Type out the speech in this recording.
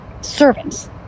servants